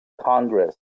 Congress